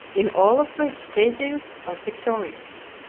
in all of which theseus was victorious.